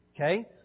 Okay